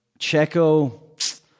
Checo